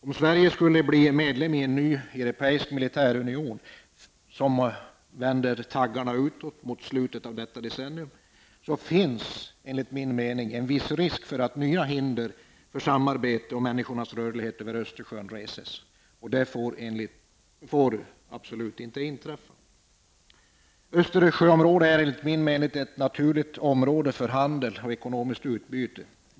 Om Sverige skulle bli medlem i en ny europeisk militärunion, som vänder taggarna utåt, mot slutet av detta decennium finns det enligt min mening en viss risk för att nya hinder för samarbete och människornas rörlighet över Östersjön reses. Detta får absolut inte inträffa. Östersjöområdet är enligt min mening ett naturligt område för handel och ekonomiskt utbyte.